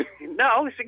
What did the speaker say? No